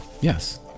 Yes